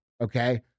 okay